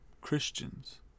Christians